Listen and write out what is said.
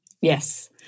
Yes